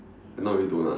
not really doughnut lah